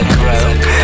grow